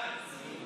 6,000 לחודשיים.